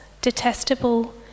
detestable